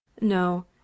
No